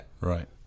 Right